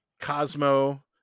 Cosmo